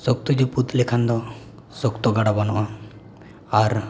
ᱥᱚᱠᱛᱚᱭ ᱡᱟᱹᱯᱩᱫ ᱞᱮᱠᱷᱟᱱ ᱫᱚ ᱥᱚᱠᱛᱚ ᱜᱟᱰᱟ ᱵᱟᱱᱚᱜᱼᱟ ᱟᱨ